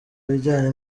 bijyanye